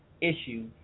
issue